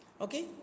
Okay